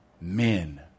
men